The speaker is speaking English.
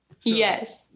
Yes